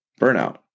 burnout